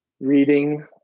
reading